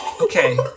Okay